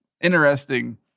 interesting